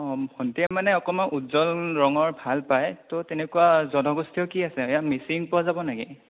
অ' ভণ্টীয়ে মানে অকণমান উজ্জ্বল ৰঙৰ ভাল পায় ত' তেনেকুৱা জনগোষ্ঠীয় কি আছে মিচিং পোৱা যাব নেকি